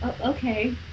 okay